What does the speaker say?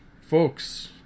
folks